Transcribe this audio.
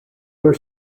were